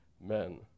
men